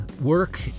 work